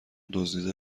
دزدیده